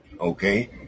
okay